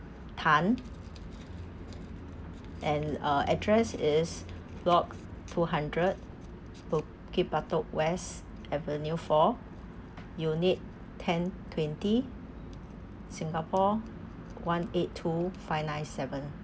tan and uh address is block two hundred bukit batok west avenue four unit ten twenty singapore one eight two five nine seven